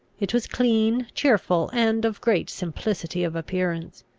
it was clean, cheerful, and of great simplicity of appearance.